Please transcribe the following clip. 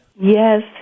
Yes